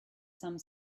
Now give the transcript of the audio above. some